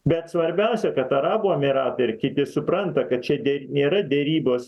bet svarbiausia kad arabų emyratai ir kiti supranta kad čia de nėra derybos